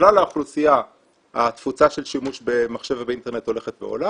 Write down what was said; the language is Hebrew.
בכלל האוכלוסייה התפוצה של שימוש במחשב ובאינטרנט הולכת ועולה